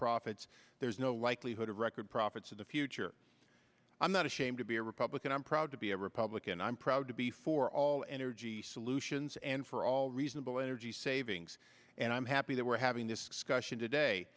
profits there's no likelihood of record profits of the future i'm not ashamed to be a republican i'm proud to be a republican i'm proud to be for all energy solutions and for all reasonable energy savings and i'm happy that we're having this discussion today